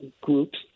groups